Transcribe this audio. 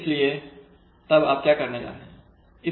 इसलिए तब आप क्या करने जा रहे हैं